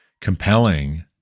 compelling